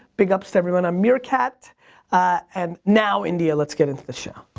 big ups to everyone on meerkat and now, india, let's get into the show.